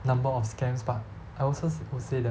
number of scams but I also would say that